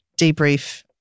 debrief